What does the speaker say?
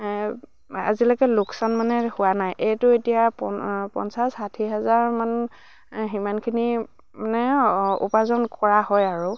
আজিলৈকে লোকচান মানে হোৱা নাই এইটো এতিয়া পঞ্চাছ ষাঠি হাজাৰমান সিমানখিনি মানে উপাৰ্জন কৰা হয় আৰু